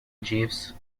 jeeves